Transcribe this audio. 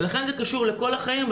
לכן זה קשור לכל החיים.